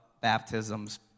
baptisms